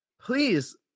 Please